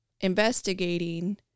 investigating